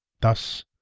Thus